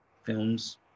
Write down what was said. films